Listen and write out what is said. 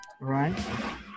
right